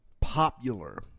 popular